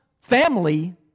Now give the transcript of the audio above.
family